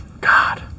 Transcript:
God